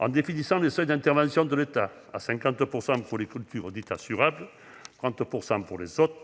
et en définissant les seuils d'intervention de l'État à 50 % pour les cultures dites « assurables » et à 30 % pour les autres,